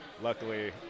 luckily